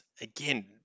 again